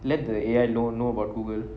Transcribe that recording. let the A_I don't know about google